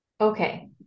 Okay